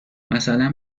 مثلا